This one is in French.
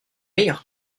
meilleur